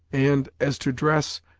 and, as to dress,